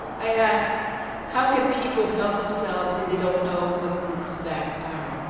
i ask how can people help themselves if they don't know what these facts are.